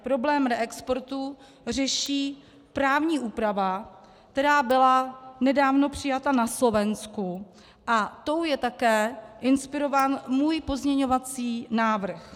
Problém reexportů řeší skutečně právní úprava, která byla nedávno přijata na Slovensku, a tou je také inspirován můj pozměňovací návrh.